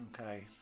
Okay